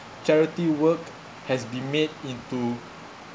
charity work has been made into